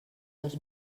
dos